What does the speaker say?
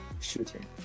shooting